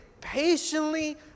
patiently